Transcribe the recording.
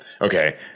okay